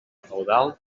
feudal